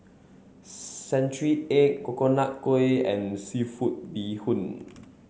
Century Egg Coconut Kuih and seafood bee hoon